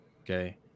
okay